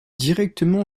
directement